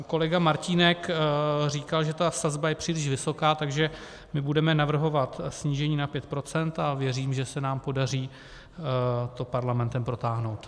Kolega Martínek říkal, že ta sazba je příliš vysoká, takže my budeme navrhovat snížení na 5 % a věřím, že se nám podaří to parlamentem protáhnout.